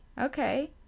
Okay